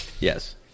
Yes